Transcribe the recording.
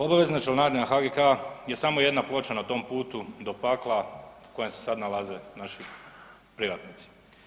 Obavezna članarina HGK je samo jedna ploča na tom putu do pakla u kojem se sad nalaze naši privatnici.